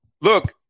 look